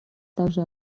также